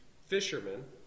fishermen